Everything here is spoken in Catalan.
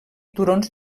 turons